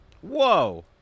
Whoa